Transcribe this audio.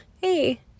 hey